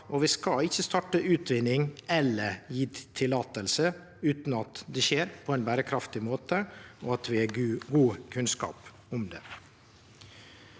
Vi skal ikkje starte utvinning eller gje løyve utan at det skjer på ein berekraftig måte, og at vi har god kunnskap om det.